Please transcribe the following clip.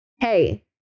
hey